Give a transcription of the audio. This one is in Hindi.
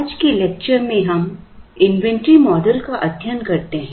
आज के लेक्चर में हम इन्वेंट्री मॉडल का अध्ययन करते हैं